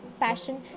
passion